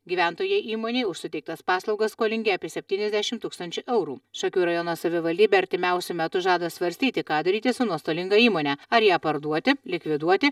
gyventojai įmonei už suteiktas paslaugas skolingi apie septyniasdešimt tūkstančių eurų šakių rajono savivaldybė artimiausiu metu žada svarstyti ką daryti su nuostolinga įmone ar ją parduoti likviduoti